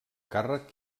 càrrec